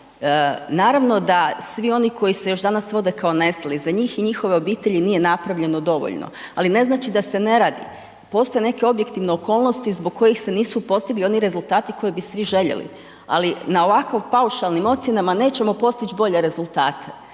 Naravno da svi oni koji se još danas vode kao nestali, za njih i njihove obitelji nije napravljeno dovoljno, ali ne znači da se ne radi, postoje neke objektivne okolnosti zbog kojih se nisu postigli oni rezultati koji bi svi željeli, ali na ovakvim paušalnim ocjenama nećemo postić bolje rezultate.